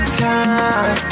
time